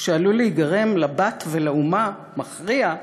שעלול להיגרם לבת ולאומה מכריע,